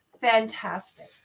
fantastic